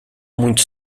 muito